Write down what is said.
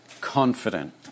confident